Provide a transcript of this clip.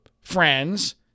friends